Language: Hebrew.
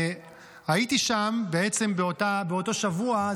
הייתי שם באותו שבוע.